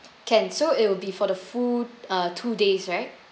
can so it will be for the food uh two days right